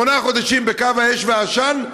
שמונה חודשים בקו האש והעשן,